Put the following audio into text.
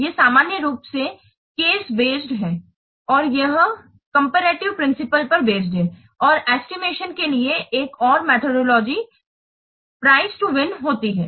ये सामान्य रूप से केस बेस्ड हैं और यह कम्पेरेटिव प्रिंसिपल पर बेस्ड है और एस्टिमेशन के लिए एक और मेथोडोलोग्य प्राइस टू विन होती है